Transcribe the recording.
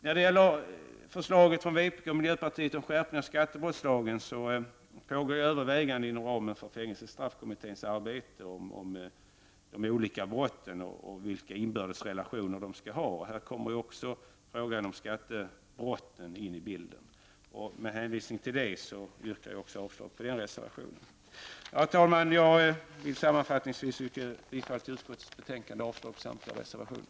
När det gäller förslaget från vpk och miljöpartiet om skärpning av skattebrottslagen vill jag nämna att det inom ramen för fängelsestraffkommitténs arbete pågår en utredning kring de olika brotten och deras inbördes relationer. Här kommer också frågan om skattebrotten in i bilden. Med hänvisning till detta yrkar jag avslag också på den reservationen. Herr talman! Jag vill sammanfattningsvis yrka bifall till utskottets hemställan och avslag på samtliga reservationer.